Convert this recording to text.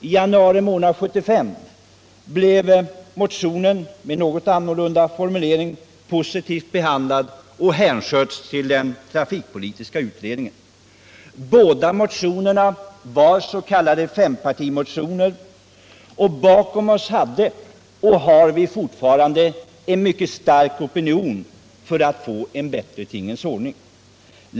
I januari månad 1975 blev motionen med något annorlunda motivering positivt behandlad och hänsköts till den trafikpolitiska utredningen. Båda motionerna var s.k. fempartimotioner och bakom oss hade och har vi fortfarande en mycket stark opinion för att få en bättre tingens ordning.